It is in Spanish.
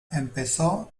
empezó